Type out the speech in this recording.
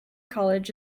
college